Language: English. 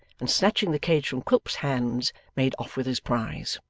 and snatching the cage from quilp's hands made off with his prize.